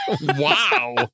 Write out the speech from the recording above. wow